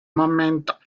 momento